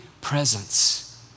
presence